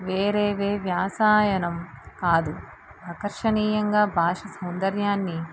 వేరే వే వ్యాసాయనం కాదు ఆకర్షణీయంగా భాష సౌందర్యాన్ని